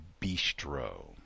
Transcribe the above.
bistro